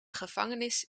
gevangenis